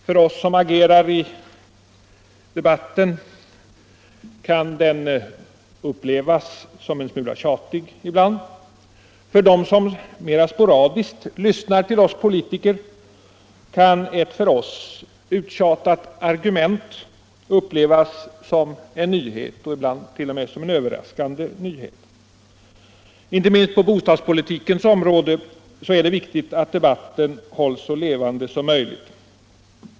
För oss som agerar i debatten kan den upplevas som en smula tjatig ibland — för dem som mera sporadiskt lyssnar till oss politiker kan ett för oss uttjatat argument upplevas som en nyhet och ibland t.o.m. som en överraskande nyhet. Inte minst på bostadspolitikens område är det viktigt att debatten hålls så levande som möjligt.